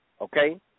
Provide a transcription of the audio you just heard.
Okay